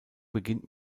beginnt